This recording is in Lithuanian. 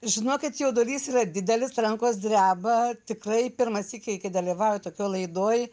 žinokit jaudulys yra didelis rankos dreba tikrai pirmą sykį dalyvauju tokioj laidoj